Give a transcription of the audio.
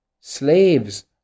slaves